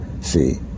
see